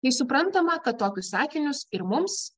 tai suprantama kad tokius sakinius ir mums